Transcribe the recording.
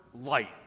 light